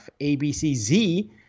ABCZ